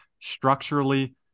structurally